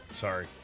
Sorry